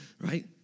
right